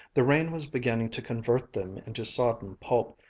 the rain was beginning to convert them into sodden pulp,